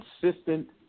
consistent